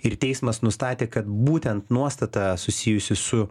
ir teismas nustatė kad būtent nuostata susijusi su